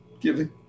Giving